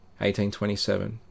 1827